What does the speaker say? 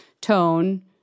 Tone